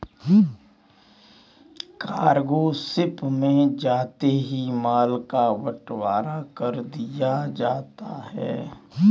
cargo ship में जाते ही माल का बंटवारा कर दिया जाता है